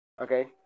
Okay